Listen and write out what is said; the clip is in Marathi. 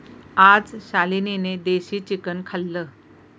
आज शालिनीने देशी चिकन खाल्लं